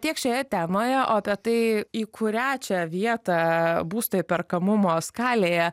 tiek šioje temoje o apie tai į kurią čia vietą būsto įperkamumo skalėje